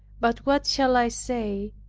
but what shall i say?